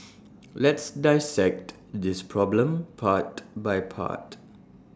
let's dissect this problem part by part